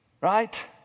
Right